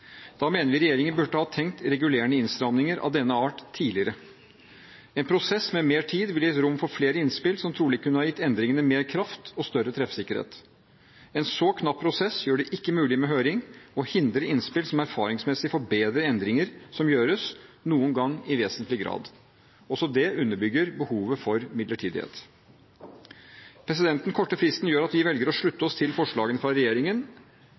Da mener vi regjeringen burde ha tenkt på regulerende innstramminger av denne art tidligere. En prosess med mer tid ville gitt rom for flere innspill, som trolig ville ha gitt endringene mer kraft og større treffsikkerhet. En så knapp prosess gjør det ikke mulig med høring og hindrer innspill som erfaringsmessig forbedrer endringer som gjøres – noen ganger i vesentlig grad. Også dette underbygger behovet for midlertidighet. Den korte fristen gjør at vi velger å slutte oss til forslagene fra regjeringen,